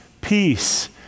peace